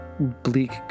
Bleak